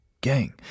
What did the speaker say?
Gang